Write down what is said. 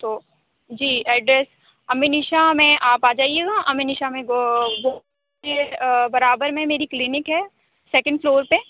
تو جی ایڈریس امنیشا میں آپ آ جائیے گا امنیشا میں برابر میں میری کلینک ہے سیکنڈ فلور پہ